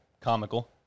comical